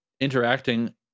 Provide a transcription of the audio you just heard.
interacting